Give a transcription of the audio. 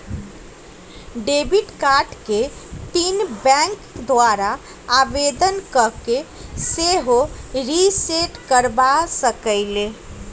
debit card के pin के bank द्वारा आवेदन कऽ के सेहो रिसेट करबा सकइले